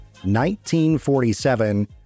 1947